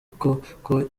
koko